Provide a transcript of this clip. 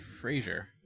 Frazier